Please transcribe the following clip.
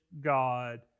God